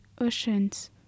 oceans